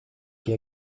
che